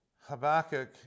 Habakkuk